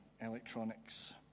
electronics